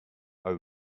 are